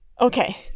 Okay